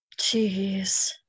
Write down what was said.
Jeez